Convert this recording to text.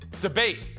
debate